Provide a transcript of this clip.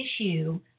issue